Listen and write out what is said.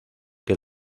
que